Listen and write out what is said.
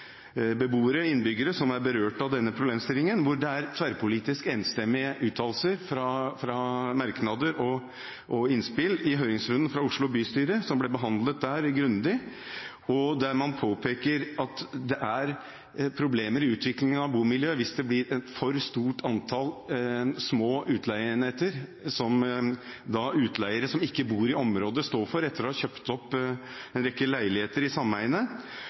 flest innbyggere som er berørt av denne problemstillingen, og det er tverrpolitiske, enstemmige uttalelser fra merknader og innspill i høringsrunden fra Oslo bystyre som ble grundig behandlet der. Der påpeker man at det blir problemer i utviklingen av bomiljøet hvis det blir et for stort antall små utleieenheter, som utleiere som ikke bor i området, står for etter å ha kjøpt opp en rekke leiligheter i